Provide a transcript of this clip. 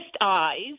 eyes